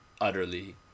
utterly